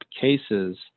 cases